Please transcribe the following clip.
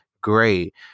Great